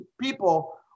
people